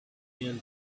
and